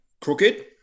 crooked